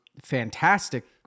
fantastic